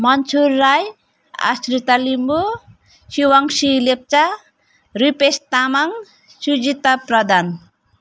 Manchhur Rai Ashrita Limbu Shivangkshi Lepcha Ripesh Tamang Sujita Pradhan